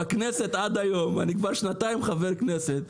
עד היום אני שנתיים חבר כנסת,